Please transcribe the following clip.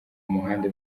muhanda